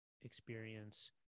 experience